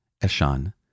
Eshan